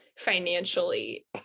financially